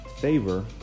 favor